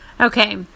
Okay